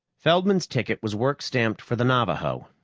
feldman's ticket was work-stamped for the navaho,